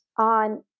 On